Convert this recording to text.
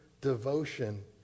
devotion